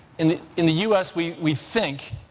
in the in the us we we think,